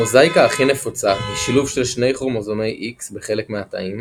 המוזאיקה הכי נפוצה היא שילוב של שני כרומוזומי X בחלק מהתאים,